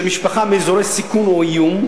גם בעיה של הגירת משפחה מאזורי סיכון או איום,